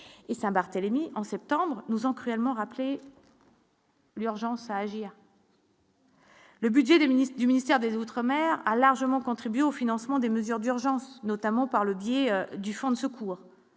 Saint-Barthélemy en septembre, nous en cruellement rappelé. L'urgence à agir. Le budget du ministre du ministère de l'Outre-mer a largement contribué au financement des mesures d'urgence, notamment par le biais du Fonds de secours